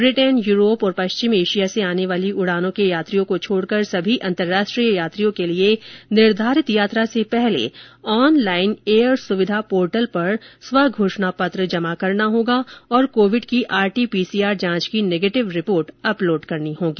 Britain Europe और पश्चिम Asia से आने वाली उड़ानों के यात्रियों को छोड़कर सभी अंतरराष्ट्रीय यात्रियों के लिए निर्धारित यात्रा से पहले ऑनलाइन एयर सुविधा पोर्टल पर स्व घोषणा पत्र जमा करना होगा और कोविड की आर टी पीसीआर जांच की नेगिटिव रिपोर्ट अपलोड करनी होगी